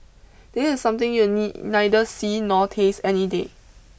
this is something you'll knee neither see nor taste any day